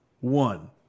one